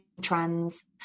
trends